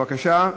בבקשה.